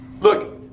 look